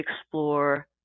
explore